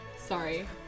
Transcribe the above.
Sorry